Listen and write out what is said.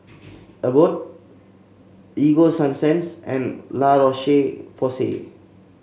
Abbott Ego Sunsense and La Roche Porsay